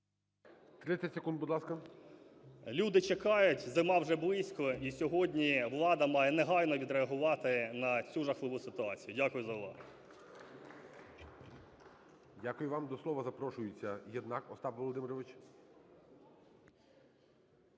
Люди чекають, зима вже близько і сьогодні влада має негайно відреагувати на цю жахливу ситуацію. Дякую за увагу. ГОЛОВУЮЧИЙ. Дякую вам. До слова запрошується